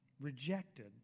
rejected